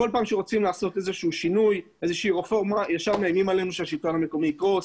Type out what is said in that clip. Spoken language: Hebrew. כל פעם שרוצים לעשות רפורמה מיד מאיימים שהשלטון המקומי יקרוס.